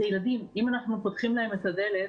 אלה ילדים, אם אנחנו פותחים להם את הדלת